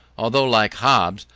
although, like hobbes,